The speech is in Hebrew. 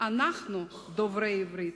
/ אנחנו, דוברי העברית,